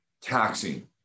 taxing